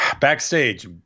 Backstage